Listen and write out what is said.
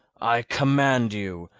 i command you.